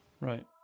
right